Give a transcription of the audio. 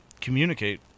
communicate